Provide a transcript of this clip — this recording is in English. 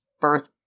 birth